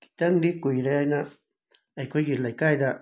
ꯈꯤꯇꯪꯗꯤ ꯀꯨꯏꯔꯦ ꯑꯩꯅ ꯑꯩꯈꯣꯏꯒꯤ ꯂꯩꯀꯥꯏꯗ